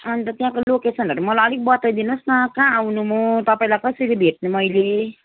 अन्त त्यहाँको लोकेसनहरू मलाई अलिक बताइदिनु होस् न कहाँ आउनु म तपाईँलाई कसरी भेट्नु मैले